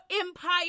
Empire